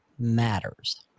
Matters